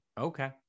Okay